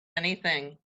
anything